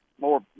more